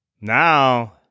now